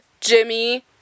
Jimmy